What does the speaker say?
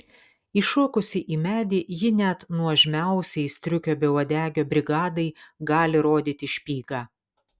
įšokusi į medį ji net nuožmiausiai striukio beuodegio brigadai gali rodyti špygą